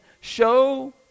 Show